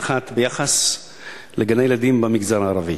אחת ביחס לגני-ילדים במגזר הערבי.